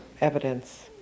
evidence